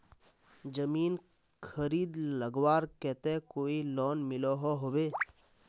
जमीन खरीद लगवार केते कोई लोन मिलोहो होबे?